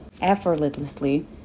effortlessly